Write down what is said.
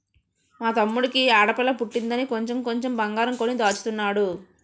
మా తమ్ముడికి ఆడపిల్ల పుట్టిందని కొంచెం కొంచెం బంగారం కొని దాచుతున్నాడు